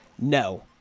No